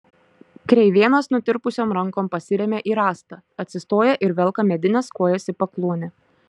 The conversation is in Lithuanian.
kreivėnas nutirpusiom rankom pasiremia į rąstą atsistoja ir velka medines kojas į pakluonę